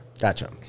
Gotcha